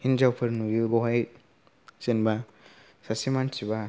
हिन्जावफोर नुयो बावहाय जेनोबा सासे मानथिबा